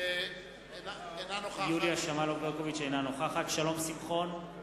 אינה נוכחת שלום שמחון,